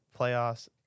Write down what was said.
playoffs